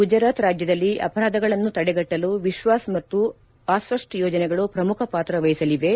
ಗುಜರಾತ್ ರಾಜ್ಯದಲ್ಲಿ ಅಪರಾಧಗಳನ್ನು ತಡೆಗಟ್ಟಲು ವಿಶ್ವಾಸ್ ಮತ್ತು ಆಶ್ವಸ್ಟ್ ಯೋಜನೆಗಳು ಪ್ರಮುಖ ಪಾತ್ರ ವಹಿಸಲಿವೆ